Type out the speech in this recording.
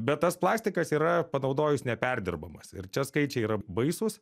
bet tas plastikas yra panaudojus neperdirbamas ir čia skaičiai yra baisūs